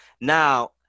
Now